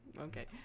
Okay